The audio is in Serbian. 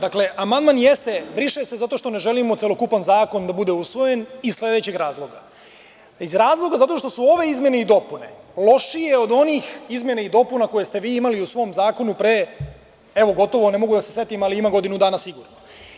Dakle, amandman je ste briše se zato što ne želimo celokupan zakon da bude usvojen iz sledećeg razloga, iz razloga zato što su ove izmene i dopune lošije od onih izmena i dopuna koje ste vi imali u svom zakonu pre evo gotovo, ne mogu da se setim, ali ima godinu dana sigurno.